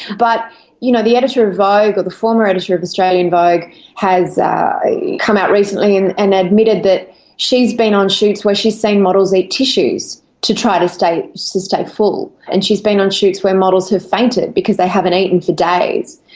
but you know the editor of vogue or the former editor of australian vogue has come out recently and and admitted that she has been on shoots where she has seen models eat tissues to try to stay stay full, and she has been on shoots where models have fainted because they haven't eaten for days.